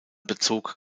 bezog